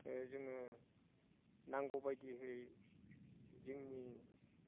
जोङो नांगौबायदिहै जोंनि